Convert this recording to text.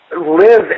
live